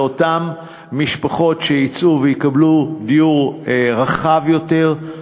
לאותן משפחות שיצאו ויקבלו דיור רחב יותר,